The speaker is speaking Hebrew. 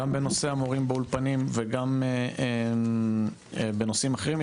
גם בנושא המורים באולפנים, וגם בנושאים אחרים.